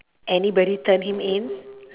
anybody turn him in